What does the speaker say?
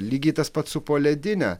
lygiai tas pats su poledine